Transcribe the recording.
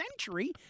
century